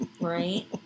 right